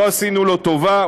לא עשינו לו טובה,